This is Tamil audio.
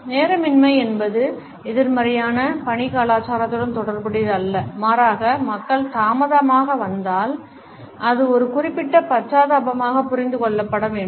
நேரமின்மை என்பது எதிர்மறையான பணி கலாச்சாரத்துடன் தொடர்புடையது அல்ல மாறாக மக்கள் தாமதமாக வந்தால் அது ஒரு குறிப்பிட்ட பச்சாதாபமாக புரிந்து கொள்ளப்பட வேண்டும்